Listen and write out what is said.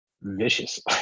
vicious